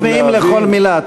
הם צמאים לכל מילה.